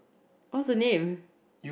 what is her name